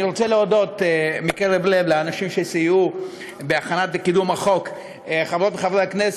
אני רוצה להודות מקרב לב לאנשים שסייעו בהכנת החוק ובקידומו.